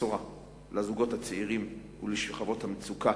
לזוגות הצעירים ולשכבות המצוקה,